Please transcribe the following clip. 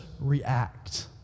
react